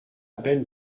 peine